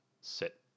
sit